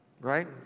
right